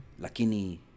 Lakini